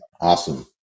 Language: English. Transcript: Awesome